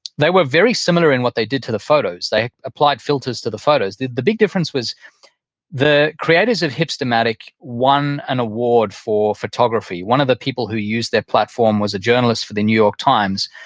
they were very similar in what they did to the photos. they applied filters to the photos. the big difference was the creators of hipstamatic won an award for photography. one of the people who used their platform was a journalist for the new york times.